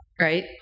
right